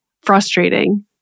frustrating